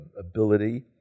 ability